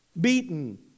beaten